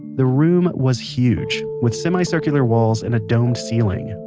the room was huge, with semi-circular walls and a domed ceiling.